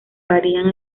varían